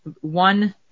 one